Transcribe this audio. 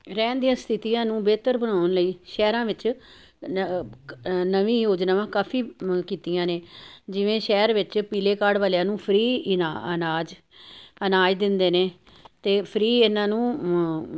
ਰਹਿਣ ਦੀਆਂ ਸਥਿਤੀਆਂ ਨੂੰ ਬਿਹਤਰ ਬਣਾਉਣ ਲਈ ਸ਼ਹਿਰਾਂ ਵਿੱਚ ਨ ਨਵੀਂ ਯੋਜਨਾਵਾਂ ਕਾਫੀ ਕੀਤੀਆਂ ਨੇ ਜਿਵੇਂ ਸ਼ਹਿਰ ਵਿੱਚ ਪੀਲੇ ਕਾਰਡ ਵਾਲਿਆਂ ਨੂੰ ਫਰੀ ਇੰਨਾਂ ਅਨਾਜ ਅਨਾਜ ਦਿੰਦੇ ਨੇ ਅਤੇ ਫਰੀ ਇਹਨਾਂ ਨੂੰ